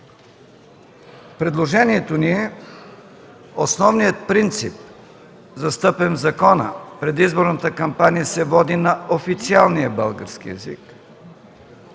Предложението ни е основният принцип, застъпен в закона – „предизборната кампания се води на официалния български език”,